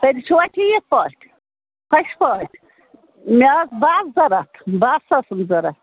سٲرِی چھِوا ٹھیٖک پٲٹھۍ خۄش پٲٹھۍ مےٚ ٲس بَس ضروٗرت بَس ٲسٕم ضروٗرت